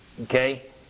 Okay